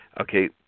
Okay